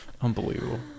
Unbelievable